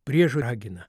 prieš ragina